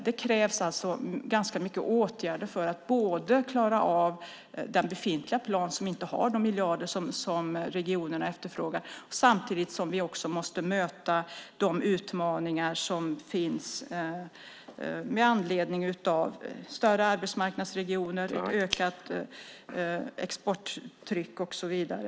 Det krävs många åtgärder för att klara av den befintliga planen där det inte finns de miljarder som regionen efterfrågar, samtidigt som vi måste möta de utmaningar som finns med anledning av större arbetsmarknadsregioner, ökat exporttryck och så vidare.